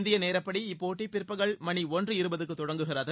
இந்திய நேரப்படி இப்போட்டி பிற்பகல் மணி ஒன்று இருபதுக்கு தொடங்குகிறது